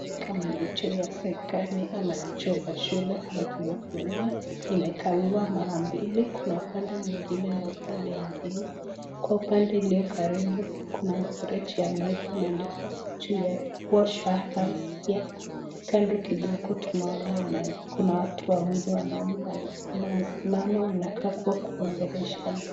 Kama ni choo ya serikali ama ni choo ya shule, tunavyoona imegawiwa mara mbili, kuna upande mwingine na upande mwingine. Kwa upande mwingine kuna mfereji ya maji iliyoandikwa juu yake WASH YOUR HANDS HERE .Kando kidogo tunaona kuna watu wawili wanaume wamesimama wanakaa kua wanaongeleshana.